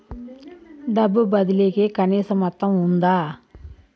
డబ్బు బదిలీ కి కనీస మొత్తం ఉందా?